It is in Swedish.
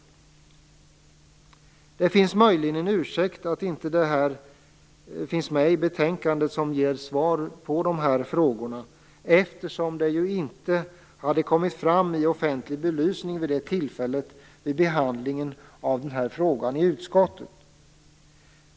Det finns möjligen en ursäkt för att det inte i betänkandet ges svar på de här frågorna, eftersom de inte hade kommit fram i offentlig belysning vid det tillfälle då den här frågan behandlades i utskottet.